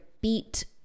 beat